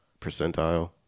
percentile